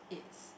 it's